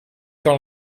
kan